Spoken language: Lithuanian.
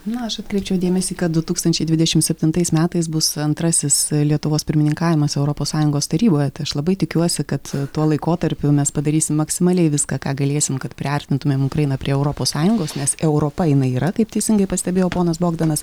na aš atkreipčiau dėmesį kad du tūkstančiai dvidešimt septintais metais bus antrasis lietuvos pirmininkavimas europos sąjungos taryboje tai aš labai tikiuosi kad tuo laikotarpiu mes padarysim maksimaliai viską ką galėsim kad priartintumėm ukrainą prie europos sąjungos nes europa jinai yra kaip teisingai pastebėjo ponas bogdanas